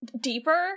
deeper